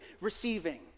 receiving